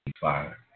Fire